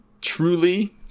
truly